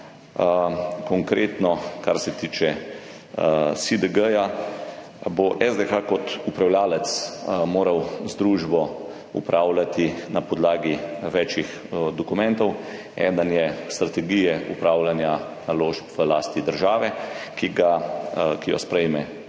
Konkretno, kar se tiče SiDG, bo SDH kot upravljavec moral z družbo upravljati na podlagi več dokumentov. Eden je strategija upravljanja naložb v lasti države, ki jo sprejme